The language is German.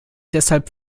deshalb